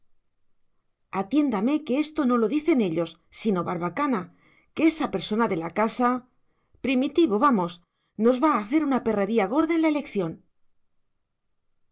atiéndame que esto no lo dicen ellos sino barbacana que esa persona de la casa primitivo vamos nos va a hacer una perrería gorda en la elección